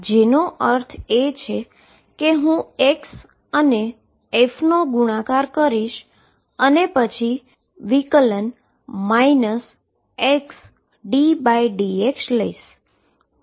જેનો અર્થ છે કે હું x અને f નો ગુણાકાર કરીશ અને પછી ડેરીવેટીવ xddx લઈશ